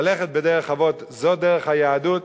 ללכת בדרך אבות זאת דרך היהדות,